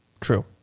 True